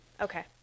Okay